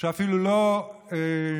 שאפילו לא נפגעה